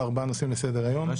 בוקר טוב.